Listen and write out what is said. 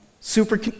super